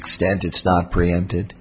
extent it's not preempted